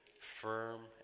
firm